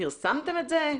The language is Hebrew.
פרסמתם את זה?